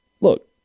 Look